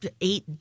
eight